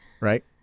right